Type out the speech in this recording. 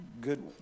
good